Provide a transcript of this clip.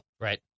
Right